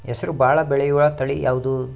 ಹೆಸರು ಭಾಳ ಬೆಳೆಯುವತಳಿ ಯಾವದು?